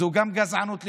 זו גם גזענות לשמה,